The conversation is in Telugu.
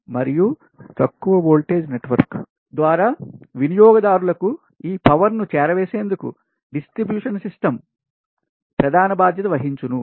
మరియు తక్కువ వోల్టేజ్ నెట్వర్క్ ద్వారా వినియోగదారులకు ఈ పవర్ ను చేరవేసేందుకు డిస్ట్రిబ్యూషన్ సిస్టం పంపిణీ వ్యవస్థ ప్రధాన బాధ్యత వహించును